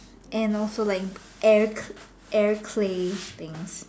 and also like air air clay thing